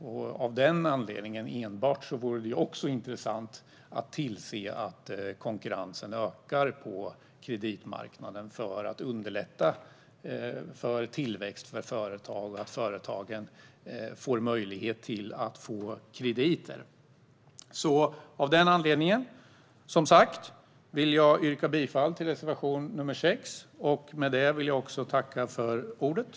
Bara av den anledningen vore det intressant att tillse att konkurrensen ökar på kreditmarknaden för att underlätta för tillväxt för företag och se till att företagen får möjlighet att få krediter. Därför vill jag som sagt yrka bifall till reservation 6.